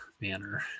manner